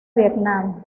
vietnam